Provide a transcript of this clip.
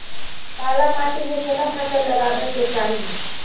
काला माटी में केना फसल लगाबै के चाही?